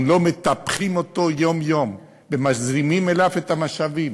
אם לא מטפחים אותו יום-יום ומזרימים אליו את המשאבים,